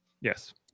Yes